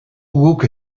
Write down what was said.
guk